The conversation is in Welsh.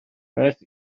beth